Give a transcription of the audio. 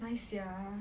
nice sia